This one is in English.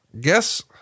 Guess